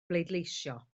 bleidleisio